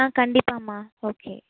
ஆ கண்டிப்பாம்மா ஓகே